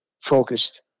focused